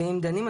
ואם דנים,